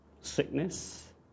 Sickness